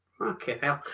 okay